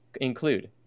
include